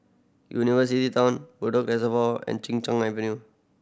University Town Bedok Reservoir and Chin Cheng Avenue